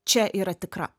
čia yra tikra